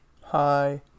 Hi